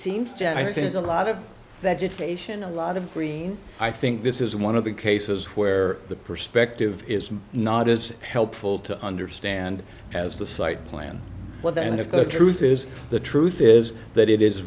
is a lot of that station a lot of green i think this is one of the cases where the perspective is not as helpful to understand as the site plan what the end of the truth is the truth is that it is